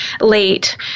late